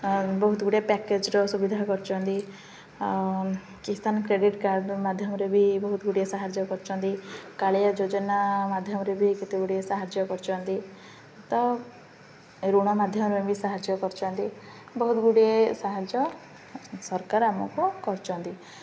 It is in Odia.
ବହୁତ ଗୁଡ଼ିଏ ପ୍ୟାକେଜର ସୁବିଧା କରିଛନ୍ତି କିସାନ କ୍ରେଡ଼ିଟ୍ କାର୍ଡ଼ ମାଧ୍ୟମରେ ବି ବହୁତ ଗୁଡ଼ିଏ ସାହାଯ୍ୟ କରିଛନ୍ତି କାଳିଆ ଯୋଜନା ମାଧ୍ୟମରେ ବି କେତେ ଗୁଡ଼ିଏ ସାହାଯ୍ୟ କରିଛନ୍ତି ତ ଋଣ ମାଧ୍ୟମରେ ବି ସାହାଯ୍ୟ କରିଛନ୍ତି ବହୁତ ଗୁଡ଼ିଏ ସାହାଯ୍ୟ ସରକାର ଆମକୁ କରିଛନ୍ତି